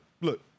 look